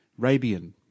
Rabian